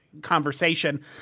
conversation